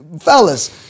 Fellas